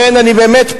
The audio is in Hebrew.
לכן אני פונה